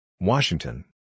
Washington